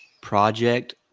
project